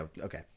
okay